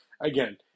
Again